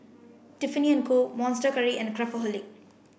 Tiffany and Co Monster Curry and Craftholic